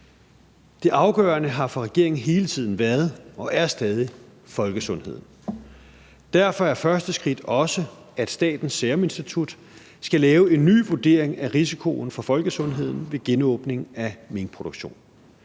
Det afgørende har for regeringen hele tiden været og er stadig folkesundheden. Derfor er første skridt også, at Statens Serum Institut skal lave en ny vurdering af risikoen for folkesundheden ved genåbning af minkproduktion.